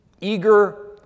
eager